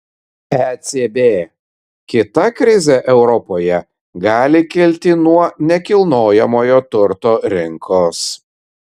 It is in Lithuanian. ecb kita krizė europoje gali kilti nuo nekilnojamojo turto rinkos